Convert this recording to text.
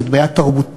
זאת בעיה תרבותית,